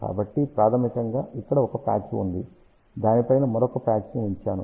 కాబట్టి ప్రాథమికంగా ఇక్కడ ఒక పాచ్ ఉంది దాని పైన మరొక ప్యాచ్ ని ఉంచాము